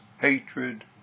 hatred